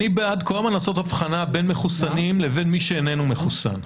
אני בעד כל הזמן לעשות הבחנה בין מחוסנים לבין מי שאיננו מחוסן.